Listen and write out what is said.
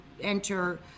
enter